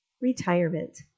Retirement